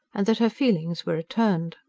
and that her feelings were returned.